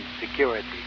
security